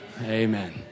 amen